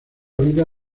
vida